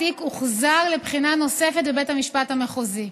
התיק הוחזר לבחינה נוספת בבית המשפט המחוזי.